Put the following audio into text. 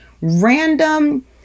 random